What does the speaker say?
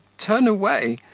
turn away,